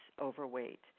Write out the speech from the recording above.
overweight